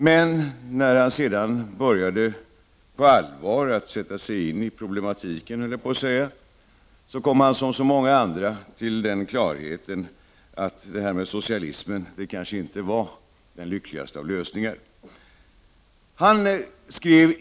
Men när han på allvar började sätta sig in i problematiken, höll jag på att säga, kom han som så många andra till den klarheten att det här med socialism kanske inte var den lyckligaste av lösningar.